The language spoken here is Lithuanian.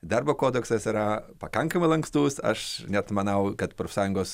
darbo kodeksas yra pakankamai lankstus aš net manau kad profsąjungos